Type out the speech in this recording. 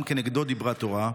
גם כנגדו דיברה תורה.